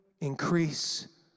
increase